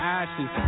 ashes